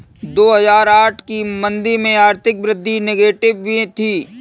दो हजार आठ की मंदी में आर्थिक वृद्धि नेगेटिव में थी